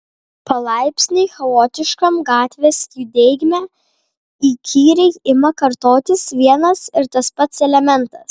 palaipsniui chaotiškam gatvės judėjime įkyriai ima kartotis vienas ir tas pats elementas